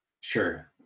sure